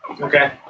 Okay